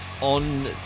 On